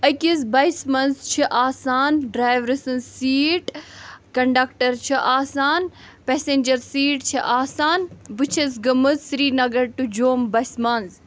أکِس بَسہِ منٛز چھِ آسان ڈرٛایورٕ سٕنٛز سیٖٹ کَنڈَکٹَر چھِ آسان پیٚسَنجَر سیٖٹ چھِ آسان بہٕ چھَس گٔمٕژ سرینَگَر ٹُو جوٚم بَسہِ منٛز